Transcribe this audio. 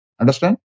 Understand